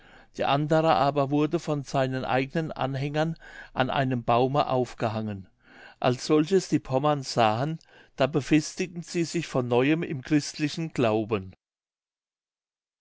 der andere aber wurde von seinen eigenen anhängern an einem baume aufgehangen als solches die pommern sahen da befestigten sie sich von neuem im christlichen glauben